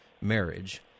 marriage